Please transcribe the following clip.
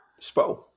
Spo